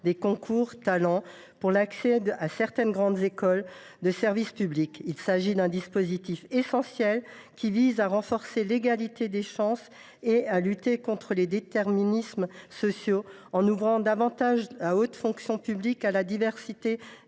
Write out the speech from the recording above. des concours Talents pour l’accès à certaines grandes écoles de service public. Il s’agit d’un dispositif essentiel, qui vise à renforcer l’égalité des chances et à lutter contre les déterminismes sociaux en ouvrant davantage la haute fonction publique à la diversité